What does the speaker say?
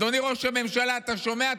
אדוני ראש הממשלה, אתה שומע?